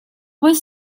was